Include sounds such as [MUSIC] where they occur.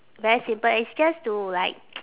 very simple it's just to like [NOISE]